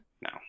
No